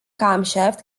camshaft